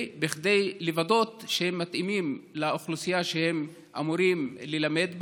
כדי לוודא שהם מתאימים לאוכלוסייה שהם אמורים ללמד בה.